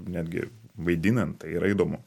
netgi vaidinant tai yra įdomu